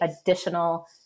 additional